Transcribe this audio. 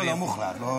לא, לא מוחלט, לא להגזים.